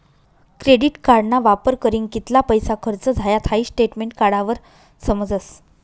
credit कार्डना वापर करीन कित्ला पैसा खर्च झायात हाई स्टेटमेंट काढावर समजस